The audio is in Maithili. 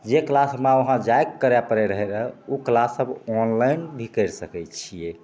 जे किलास हमरा वहाँ जाके करै पड़ै रहै ओ किलास आब ऑनलाइन भी करि सकै छिए